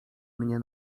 mnie